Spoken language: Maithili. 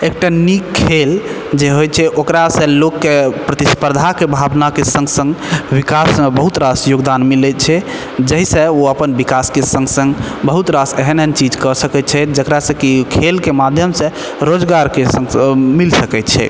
एक टा नीक खेल जे होइ छै ओकरा से लोकके प्रतिस्पर्धाके भावनाके सङ्ग सङ्ग विकासमे बहुत रास योगदान मिलै छै जइ से ओ अपन विकासके सङ्ग सङ्ग बहुत रास एहन एहन चीज कऽ सकैत छै जेकरा से कि खेलके माध्यम से रोजगारके मिल सकैत छै